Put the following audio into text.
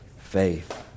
faith